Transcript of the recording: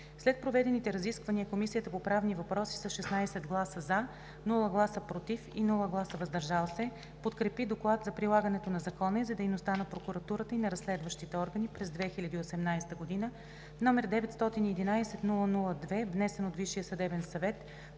След проведените разисквания Комисията по правни въпроси с 16 гласа „за“, без „против“ и „въздържал се“ подкрепи Доклад за прилагането на закона и за дейността на Прокуратурата и на разследващите органи през 2018 г., № 911-00-2, внесен от Висшия съдебен съвет